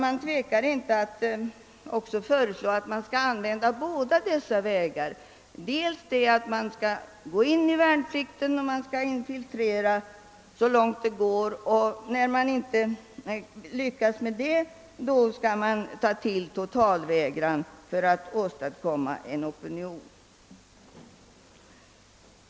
Man tvekar inte ens att föreslå användning av båda dessa vägar, så att den värnpliktige börjar sin tjänstgöring och driver infiltration så länge det går och sedan, när det inte längre lyckas, totalvägrar. Allt i syfte att undergräva försvarsviljan.